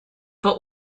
but